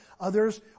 others